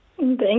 Thank